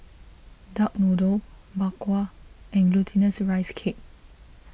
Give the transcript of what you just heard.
Duck Noodle Bak Kwa and Glutinous Rice Cake